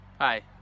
Hi